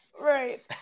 Right